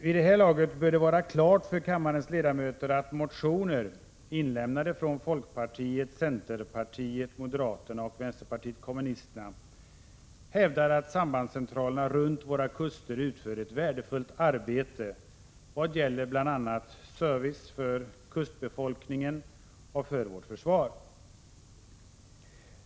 Vid det här laget bör det vara klart för kammarens ledamöter att det i motioner inlämnade från folkpartiet, centerpartiet, moderaterna och vänsterpartiet kommunisterna hävdas att sambandscentralerna runt våra kuster utför ett värdefullt arbete vad gäller bl.a. service för kustbefolkningen och för vårt försvar.